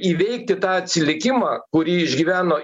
įveikti tą atsilikimą kurį išgyveno